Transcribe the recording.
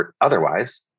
otherwise